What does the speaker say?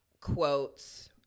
quotes